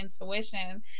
intuition